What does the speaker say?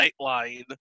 Nightline